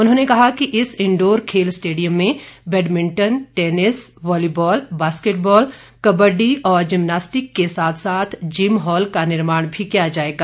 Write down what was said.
उन्होंने कहा कि इस इंडोर खेल स्टेडियम में badminton tennis volleyball basketball kabaddi और जिमनास्टिक के साथ साथ जिम हॉल का निर्माण भी किया जाएगा